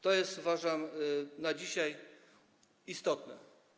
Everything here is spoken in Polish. To jest, uważam, na dzisiaj istotne.